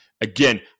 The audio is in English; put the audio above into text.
Again